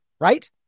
Right